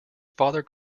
father